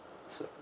so